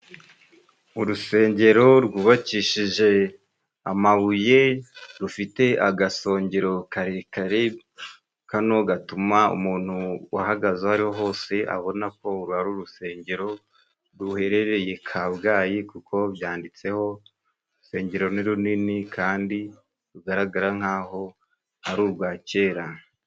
Urusengero rwubakishije amabuye rufite agasongero karekare kan gatuma umuntu uhagaze, aho ariho hose abona ko ari urusengero duherereye i kabgayi kuko byanditseho urusengero, ni runini kandi rugaragara nka hari urwa kera.